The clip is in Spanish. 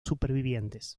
supervivientes